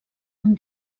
amb